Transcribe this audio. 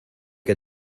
que